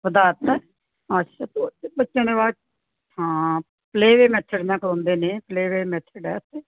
ਵਧਾ ਤਾ ਅੱਛਾ ਬੱਚਿਆਂ ਨੇ ਬਾਅਦ 'ਚ ਹਾਂ ਪਲੇਅ ਵੇ ਮੈਥਡ ਨਾਲ ਕਰਾਉਂਦੇ ਨੇ ਪਲੇਅ ਵੇ ਮੈਥਡ ਹੈ ਉੱਥੇ